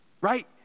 Right